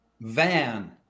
van